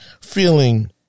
Feeling